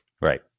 Right